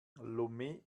lomé